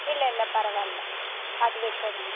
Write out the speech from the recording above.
இல்லை இல்லை பரவாயில்ல அதுவே போதும்ங்க